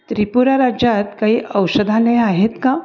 त्रिपुरा राज्यात काही औषधालयं आहेत का